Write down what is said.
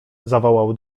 zawołał